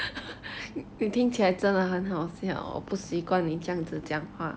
you think that 真的很好笑我不习惯你这样子讲话